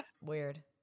weird